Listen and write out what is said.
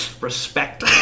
respect